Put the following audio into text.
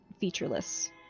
featureless